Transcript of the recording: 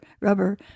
rubber